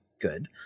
good